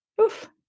Oof